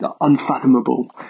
unfathomable